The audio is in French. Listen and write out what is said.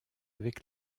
avec